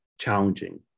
challenging